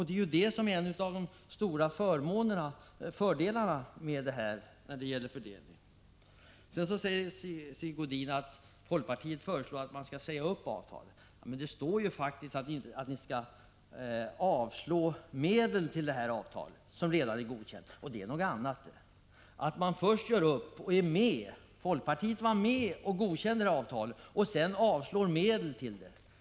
Det är det som är en av de stora fördelarna med detta system när det gäller fördelningen. Sedan säger Sigge Godin att folkpartiet föreslår att man skall säga upp avtalet. Men det står faktiskt i er reservation att ni vill avslå medel till det avtal som redan är godkänt, och det är något annat. Folkpartiet var med och godkände avtalet men vill sedan avslå förslaget att avsätta medel till det.